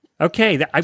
okay